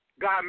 God